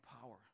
power